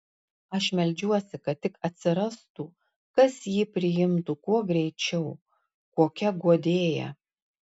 aš meldžiuosi kad tik atsirastų kas jį priimtų kuo greičiau kokia guodėja